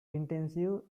intensive